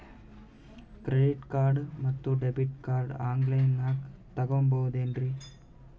Credit card ಮತ್ತು debit card ಆನ್ ಲೈನಾಗ್ ತಗೋಬಹುದೇನ್ರಿ?